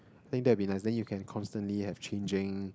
think that will be nice then you can constantly have changing